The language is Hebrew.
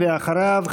ואחריו,